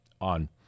on